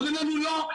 אומרים לנו לא,